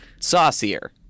saucier